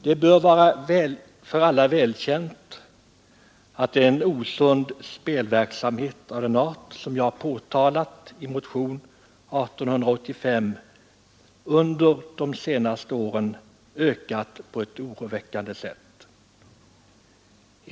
Det bör vara välkänt för alla att den spelverksamhet som jag har påtalat i motionen 1885 under de senaste åren ökat på oroväckande sätt.